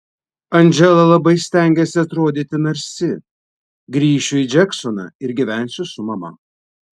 andžela labai stengiasi atrodyti narsi grįšiu į džeksoną ir gyvensiu su mama